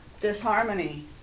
Disharmony